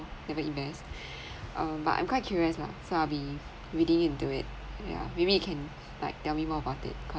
never invest um but I'm quite curious lah so I'll be reading into it yeah maybe you can like tell me more about it